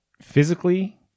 physically